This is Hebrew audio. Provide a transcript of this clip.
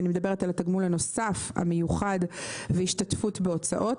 אני מדברת על התגמול הנוסף המיוחד והשתתפות בהוצאות.